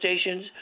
stations